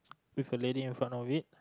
with a lady in front of it